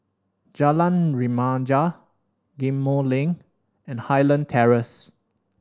Jalan Remaja Ghim Moh Link and Highland Terrace